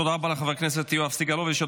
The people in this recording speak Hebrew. תודה רבה לחבר הכנסת יואב סגלוביץ.